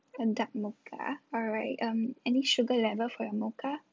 and dark mocha alright um any sugar level for your mocha